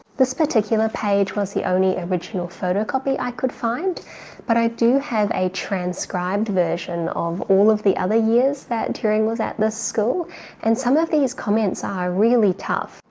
this particular page was the only original photocopy i could find but i do have a transcribed version of all of the other years that turing was at this school and some of these comments are really tough.